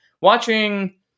watching